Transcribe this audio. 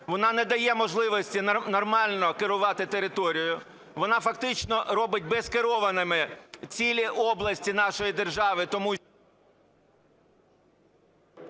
вона не дає можливості нормально керувати територією, вона фактично робить безкерованими цілі області нашої держави...